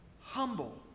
humble